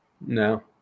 No